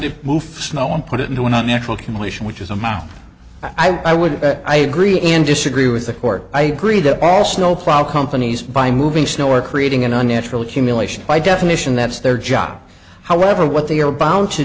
to move snow and put it into a not natural condition which is a mountain i would i agree and disagree with the court i agree that all snowfall companies by moving snow are creating an unnatural accumulation by definition that's their job however what they are bound to